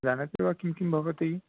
जानन्ति वा किं किं भवति